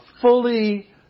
fully